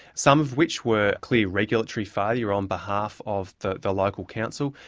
some of which were clear regulatory failure on behalf of the the local council,